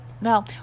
no